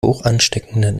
hochansteckenden